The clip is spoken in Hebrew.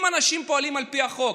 אם אנשים פועלים על פי החוק,